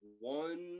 one